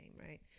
right